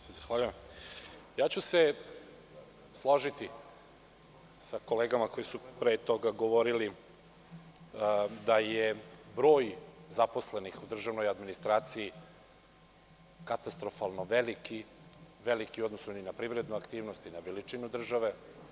Složiću se sa kolegama koje su pre toga govorile da je broj zaposlenih u državnoj administraciji katastrofalno veliki, veliki u odnosu na privrednu aktivnost, na veličinu države.